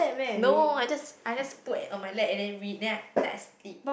no I just I just put at on my lap and then read then I s~ I sleep